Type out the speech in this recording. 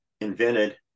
invented